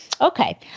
okay